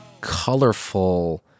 colorful